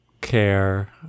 care